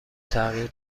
تغییر